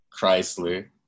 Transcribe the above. chrysler